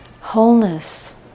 wholeness